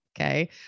okay